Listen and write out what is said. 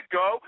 go